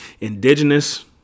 Indigenous